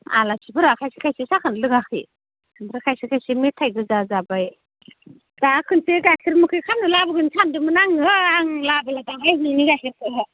आलासिफोरा खायसे खायसे साहाखोनो लोङाखै ओमफ्रा खायसे खायसे मेथाय गोजा जाबाय दा खोनसे गाइखेर मोखै खामनो लाबोगोन सान्दोंमोन आङो आं लाबोलाहाय नोंनि गाइखेरखो